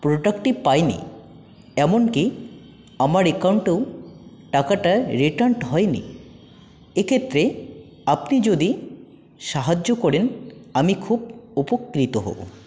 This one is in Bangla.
প্রোডাক্টটি পাইনি এমনকি আমার অ্যাকাউন্টেও টাকাটা রিটার্ন হয়নি এক্ষেত্রে আপনি যদি সাহায্য করেন আমি খুব উপকৃত হব